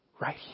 Right